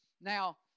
Now